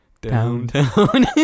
Downtown